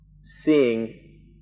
seeing